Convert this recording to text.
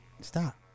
Stop